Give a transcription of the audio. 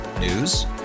News